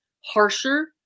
harsher